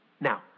Now